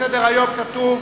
בסדר-היום כתוב